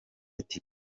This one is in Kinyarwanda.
ati